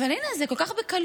אבל הינה, זה כל כך בקלות